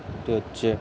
সেটি হচ্ছে